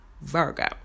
Virgo